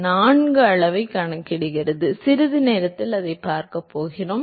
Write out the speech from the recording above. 4 அளவைக் கணக்கிடுகிறது சிறிது நேரத்தில் அதைப் பார்க்கப் போகிறோம்